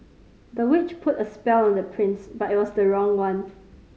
the witch put a spell on the prince but it was the wrong one